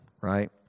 right